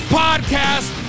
podcast